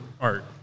art